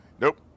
Nope